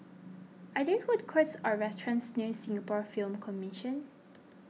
are there food courts or restaurants near Singapore Film Commission